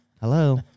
Hello